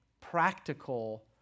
practical